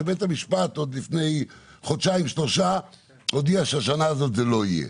שבית המשפט עוד לפני חודשיים שלושה הודיע שהשנה הזאת זה לא יהיה.